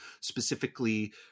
specifically